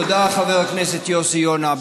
תודה, חבר הכנסת יוסי יונה.